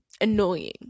annoying